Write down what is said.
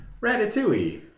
Ratatouille